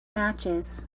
matches